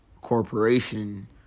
corporation